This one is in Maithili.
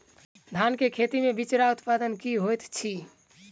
धान केँ खेती मे बिचरा उत्पादन की होइत छी?